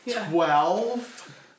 Twelve